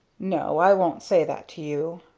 no, i won't say that to you.